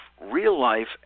real-life